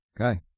Okay